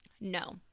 No